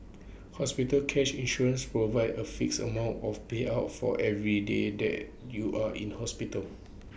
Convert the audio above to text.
hospital cash insurance provides A fixed amount of payout for every day that you are in hospital